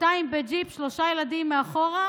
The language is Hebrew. שתיים בג'יפ, שלושה ילדים מאחור,